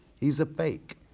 he's a fake.